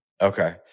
Okay